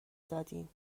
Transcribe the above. دادیم